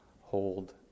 hold